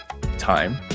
time